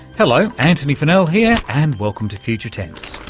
hello antony funnell here, and welcome to future tense.